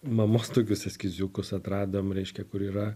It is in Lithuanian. mamos tokius eskiziukus atradom reiškia kur yra